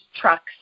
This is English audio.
trucks